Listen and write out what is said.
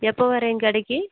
எப்போ வரிங்க கடைக்கு